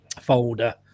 folder